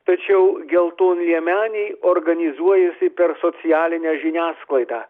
tačiau geltonliemeniai organizuojasi per socialinę žiniasklaidą